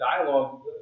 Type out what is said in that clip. dialogue